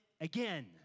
again